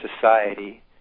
society